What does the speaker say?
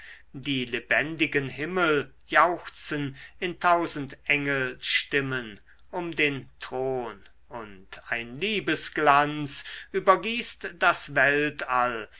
die lebendigen himmel jauchzen in tausend engelstimmen um den thron und ein liebesglanz übergießt das weltall